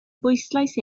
bwyslais